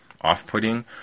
off-putting